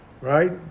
right